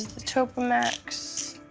tocomax.